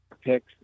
picks